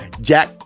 Jack